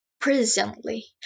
presently